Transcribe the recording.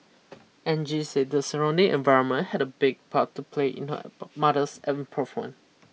Angie said the surrounding environment had a big part to play in her mother's improvement